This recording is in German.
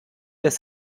des